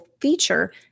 feature